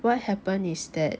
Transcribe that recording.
what happen is that